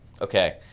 Okay